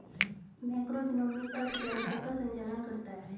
macroeconomics अर्थव्यवस्था का संचालन करता है